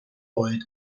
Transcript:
oed